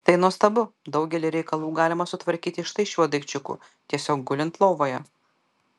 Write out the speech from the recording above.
tai nuostabu daugelį reikalų galima sutvarkyti štai šiuo daikčiuku tiesiog gulint lovoje